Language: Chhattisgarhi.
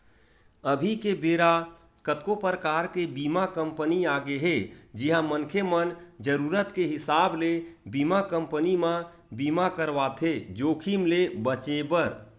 अभी के बेरा कतको परकार के बीमा कंपनी आगे हे जिहां मनखे मन जरुरत के हिसाब ले बीमा कंपनी म बीमा करवाथे जोखिम ले बचें बर